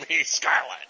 Scarlet